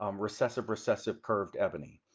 um recessive recessive, curved ebony.